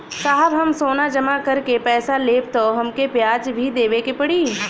साहब हम सोना जमा करके पैसा लेब त हमके ब्याज भी देवे के पड़ी?